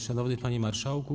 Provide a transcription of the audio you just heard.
Szanowny Panie Marszałku!